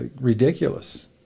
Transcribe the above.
ridiculous